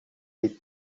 les